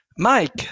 Mike